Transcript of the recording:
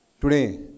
today